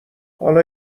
حالا